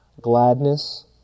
gladness